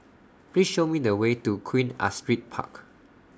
Please Show Me The Way to Queen Astrid Park